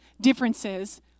differences